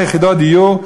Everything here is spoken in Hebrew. לכמה יחידות דיור,